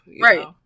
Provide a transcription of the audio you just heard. right